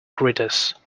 gritters